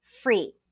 free